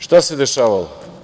Šta se dešavalo?